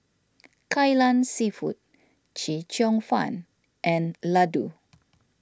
Kai Lan Seafood Chee Cheong Fun and Laddu